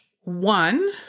one